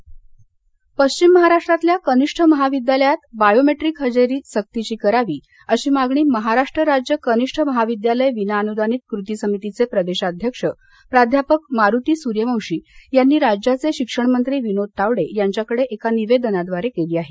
हजेरी लातर पश्चिम महाराष्ट्रातल्या कनिष्ठ महाविद्यालयात बायोमेटिक हजेरी सक्तीची करावी अशी मागणी महाराष्ट्र राज्य कनिष्ठ महाविद्यालय विनाअनुदानित कृती समितीचे प्रदेश अध्यक्ष प्राध्यापक मारूती सूर्यवंशी यांनी राज्याचे शिक्षणमंत्री विनोद तावडे यांच्याकडे एका निवेदनाद्वारे केली आहे